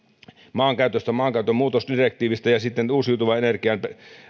maankäytöstä maankäytön muutosdirektiivistä ja sitten uusiutuvan ener gian